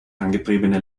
angetriebene